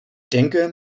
denke